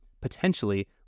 potentially